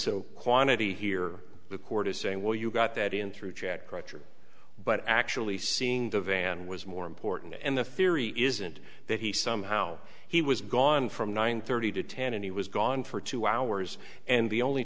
so quantity here the court is saying well you got that in through jack roger but actually seeing the van was more important and the theory isn't that he somehow he was gone from nine thirty to ten and he was gone for two hours and the only